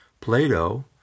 Plato